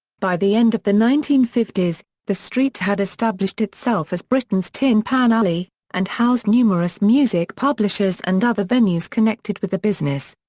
by the end of the nineteen fifty s, the street had established itself as britain's tin pan alley and housed numerous music publishers and other venues connected with the business.